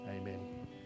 amen